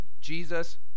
Jesus